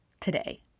today